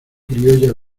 criolla